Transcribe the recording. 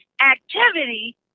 activity